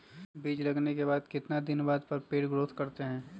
बीज लगाने के बाद कितने दिन बाद पर पेड़ ग्रोथ करते हैं?